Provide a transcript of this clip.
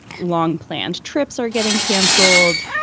long planned trips are getting canceled.